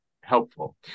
helpful